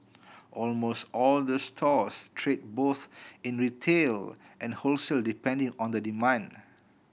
almost all the stores trade both in retail and wholesale depending on the demand